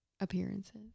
appearances